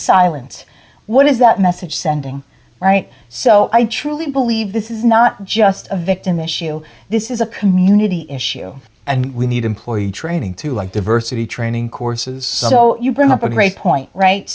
silent what does that message sending right so i truly believe this is not just a victim issue this is a community issue and we need employee training to like diversity training courses so you bring up a great point right